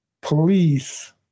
police